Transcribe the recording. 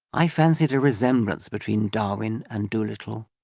i fancied a resemblance between darwin and dolittle.